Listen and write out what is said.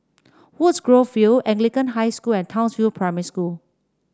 Woodgrove View Anglican High School and Townsville Primary School